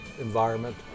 environment